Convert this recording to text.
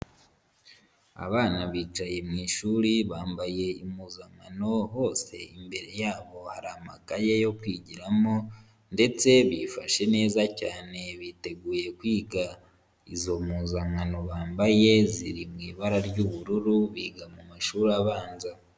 Abana bicaye mu ishuri bambaye impuzakano, hose imbere yabo hari amakaye yo kwigiramo ndetse bifashe neza cyane biteguye kwiga. Izo mpuzankano bambaye ziri mu ibara ry'ubururu, biga mu mashuri abanza.